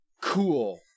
Cool